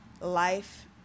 life